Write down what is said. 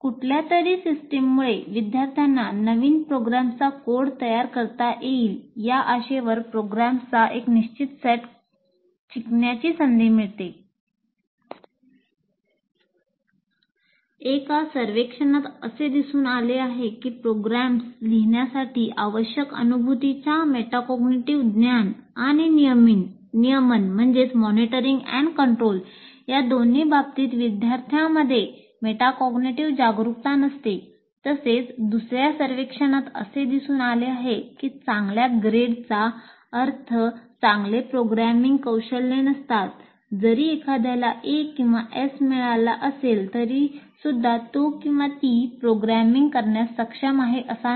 कुठल्या तरी सिस्टममुळे विद्यार्थ्यांना नवीन प्रोग्राम्सचा कोड तयार करता येईल या आशेवर प्रोग्राम्सचा एक निश्चित सेट शिकण्याची संधी मिळते एका सर्वेक्षणात असे दिसून आले आहे की प्रोग्राम्स लिहिण्यासाठी आवश्यक अनुभूतीच्या मेटाकॉग्निटिव्ह ज्ञान आणि नियमन मिळाला असेल तरीसुद्धा तो ती प्रोग्रामिंग करण्यास सक्षम आहे असा नाही